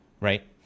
right